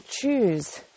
choose